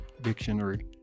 dictionary